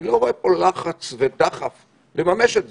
אני לא רואה פה לחץ ודחף לממש את זה.